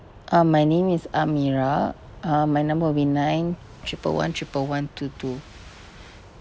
uh my name is amira uh my number will be nine triple one triple one two two